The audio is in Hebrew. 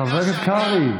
חבר הכנסת קרעי.